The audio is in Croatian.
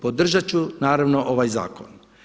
Podržat ću naravno ovaj zakon.